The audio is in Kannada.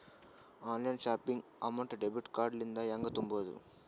Online shopping amount debit card ಇಂದ ಹೆಂಗ್ ತುಂಬೊದು?